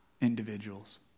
individuals